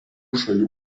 šalių